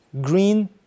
Green